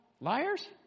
Liars